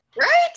Right